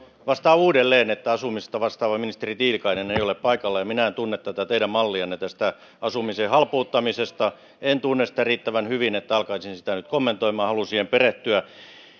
vastaan uudelleen että asumisesta vastaava ministeri tiilikainen ei ole paikalla ja minä en tunne tätä teidän mallianne tästä asumisen halpuuttamisesta en tunne sitä riittävän hyvin että alkaisin sitä nyt kommentoimaan haluan siihen perehtyä